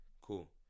Cool